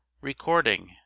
Recording